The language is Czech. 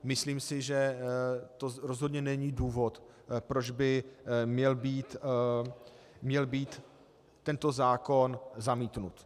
Myslím si, že to rozhodně není důvod, proč by měl být tento zákon zamítnut.